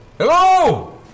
Hello